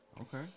okay